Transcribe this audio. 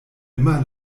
immer